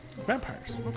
vampires